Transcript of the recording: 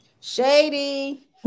Shady